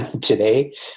today